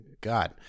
God